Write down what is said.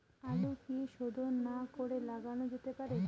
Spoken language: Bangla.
আলু কি শোধন না করে লাগানো যেতে পারে?